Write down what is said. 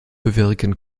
bewirken